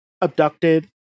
abducted